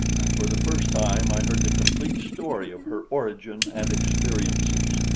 and for the first time i heard the complete story of her origin and experiences.